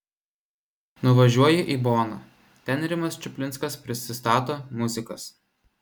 nuvažiuoju į boną ten rimas čuplinskas prisistato muzikas